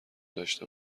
داشته